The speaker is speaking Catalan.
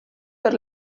per